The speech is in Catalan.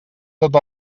tot